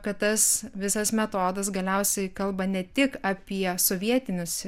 kad tas visas metodas galiausiai kalba ne tik apie sovietinius